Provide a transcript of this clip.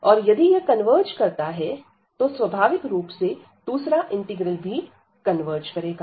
और यदि यह कन्वर्ज करता है तो स्वाभाविक रूप से दूसरा इंटीग्रल भी कन्वर्ज करेगा